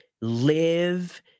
live